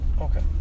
Okay